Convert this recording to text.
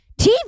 TV